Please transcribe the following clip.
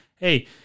hey